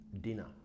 dinner